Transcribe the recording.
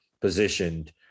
positioned